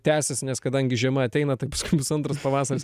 tęsiasi nes kadangi žiema ateina taip paskui bus antras pavasaris